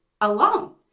alone